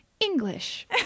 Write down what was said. English